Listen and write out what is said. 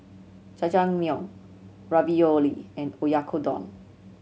Jajangmyeon Ravioli and Oyakodon